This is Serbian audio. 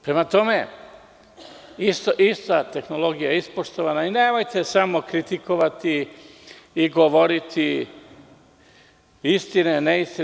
Prema tome, ista tehnologija je ispoštovana i nemojte samo kritikovati i govoriti razne neistine.